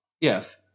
yes